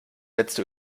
letzte